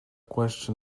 question